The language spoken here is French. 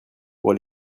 pour